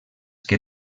que